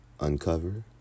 uncover